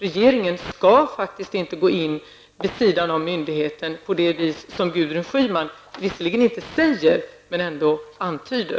Regeringen skall faktiskt inte gå in vid sidan av myndigheten på det vis som Gudrun Schyman, visserligen inte säger, men ändå antyder.